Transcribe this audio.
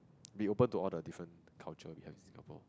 be open to all the different culture behind Singapore